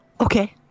okay